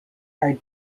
are